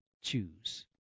Choose